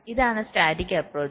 ഇതാണ് static approach